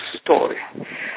story